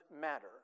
matter